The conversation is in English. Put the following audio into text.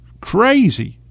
crazy